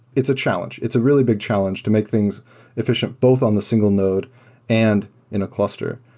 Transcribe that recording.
it's a challenge. it's a really big challenge to make things efficient both on the single node and in a cluster.